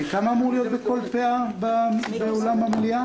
כמה אמורים להיות בכל פאה באולם המליאה?